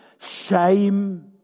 shame